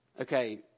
Okay